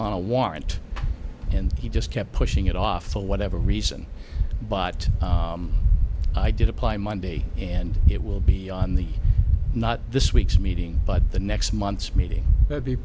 on a warrant and he just kept pushing it off for whatever reason but i did apply monday and it will be on the not this week's meeting but the next month's meeting